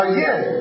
Again